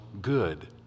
good